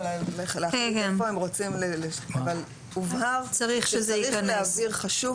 מינימום -- הובהר וצריך להבהיר וחשוב